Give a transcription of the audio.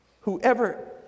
Whoever